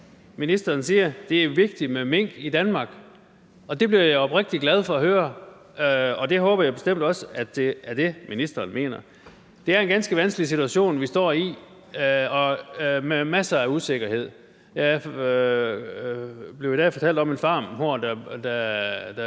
skrevet det ned, at det er vigtigt med mink i Danmark. Det blev jeg oprigtig glad for at høre, og det håber jeg bestemt også er det, ministeren mener. Det er en ganske vanskelig situation, vi står i, og med masser af usikkerhed. Jeg blev i dag fortalt om en farm, hvor der